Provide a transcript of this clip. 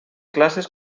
classes